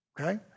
okay